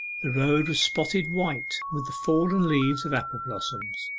the road was spotted white with the fallen leaves of apple-blossoms,